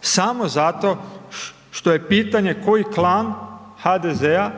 Samo zato što je potanje koji klan HDZ-a,